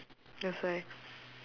that's why